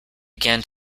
again